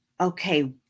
okay